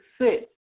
sit